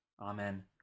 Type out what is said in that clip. Amen